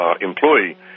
Employee